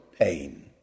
pain